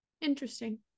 interesting